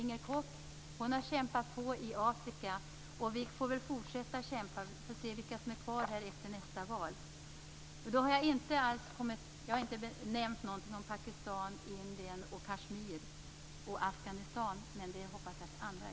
Inger Koch har kämpat på i Afrika. Vi får väl fortsätta att kämpa. Vi får se vilka som är kvar efter nästa val. Jag har inte nämnt något om Pakistan, Indien, Kashmir och Afghanistan. Men det hoppas jag att andra gör.